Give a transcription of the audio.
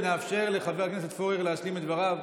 ונאפשר לחבר הכנסת פורר להשלים את דבריו.